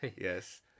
yes